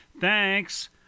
thanks